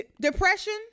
Depression